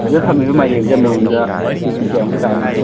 ꯁꯤꯗ ꯊꯝꯃꯤꯕ ꯃꯥꯏꯔꯦꯟꯁꯦ ꯑꯃꯃꯝꯗ ꯀꯦ ꯖꯤ ꯀꯌꯥꯃꯨꯛ ꯇꯥꯒꯅꯤ